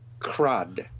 crud